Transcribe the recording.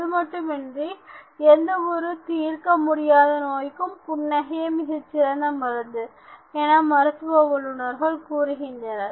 அதுமட்டுமின்றி எந்த ஒரு தீர்க்க முடியாத நோய்க்கும் புன்னகையே மிகச் சிறந்த மருந்து எனமருத்துவ வல்லுனர்களும் கூறுகின்றனர்